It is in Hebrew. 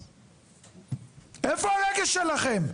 איפה הרגש שלכם?